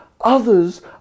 others